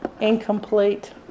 incomplete